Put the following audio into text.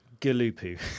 Galupu